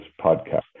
podcast